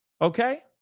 okay